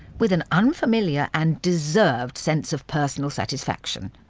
with an unfamiliar and deserved sense of personal satisfaction.